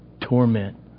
torment